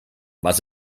was